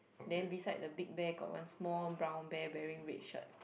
then beside the big bear got one small brown bear wearing red shirt